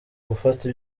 gufata